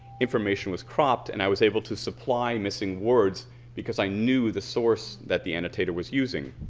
information was cropped, and i was able to supply missing words because i knew the source that the annotator was using.